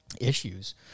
issues